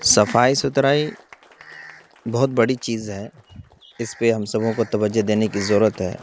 صفائی ستھرائی بہت بڑی چیز ہے اس پہ ہم سبوں کو توجہ دینے کی ضرورت ہے